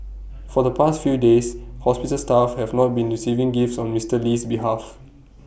for the past few days hospital staff have not been receiving gifts on Mister Lee's behalf